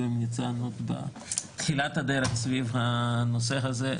עם ניצן עוד בתחילת הדרך סביב הנושא הזה.